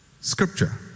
scripture